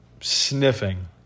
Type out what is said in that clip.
sniffing